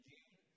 June